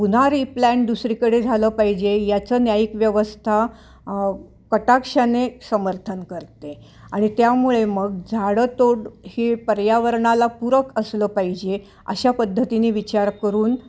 पुन्हा रीप्लॅन्ट दुसरीकडे झालं पाहिजे याचं न्यायिक व्यवस्था कटाक्षाने समर्थन करते आणि त्यामुळे मग झाडंतोड हे पर्यावरणाला पूरक असलं पाहिजे अशा पद्धतीने विचार करून